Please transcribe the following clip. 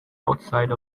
outside